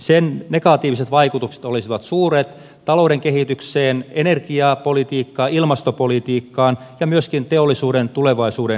sen negatiiviset vaikutukset olisivat suuret talouden kehityk seen energiapolitiikkaan ilmastopolitiikkaan ja myöskin teollisuuden tulevaisuudennäkymiin